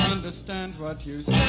ah understand what you